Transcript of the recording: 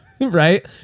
right